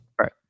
right